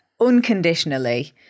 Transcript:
unconditionally